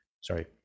sorry